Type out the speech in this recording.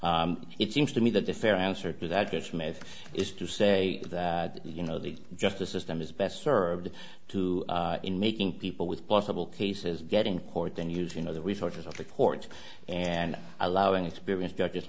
it seems to me that the fair answer to that this myth is to say that you know the justice system is best served to in making people with possible cases get in court then use you know the resources of the courts and allowing experience go just